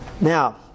Now